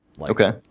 Okay